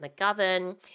McGovern